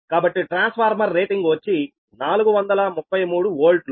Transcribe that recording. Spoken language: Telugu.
కాబట్టి ట్రాన్స్ఫార్మర్ రేటింగ్ వచ్చి 433 వోల్ట్ లు